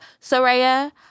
Soraya